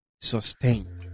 sustain